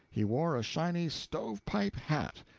he wore a shiny stove-pipe hat,